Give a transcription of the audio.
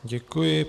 Děkuji.